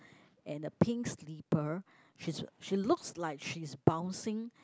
and a pink slipper she's she looks like she's bouncing